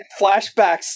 flashbacks